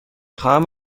خواهم